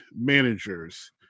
managers